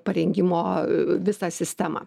parengimo visą sistemą